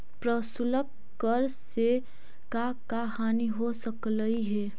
प्रशुल्क कर से का का हानि हो सकलई हे